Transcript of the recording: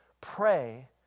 Pray